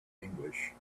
english